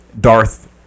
Darth –